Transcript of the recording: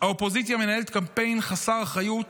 האופוזיציה מנהלת קמפיין חסר אחריות